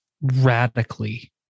radically